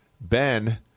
ben